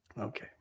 Okay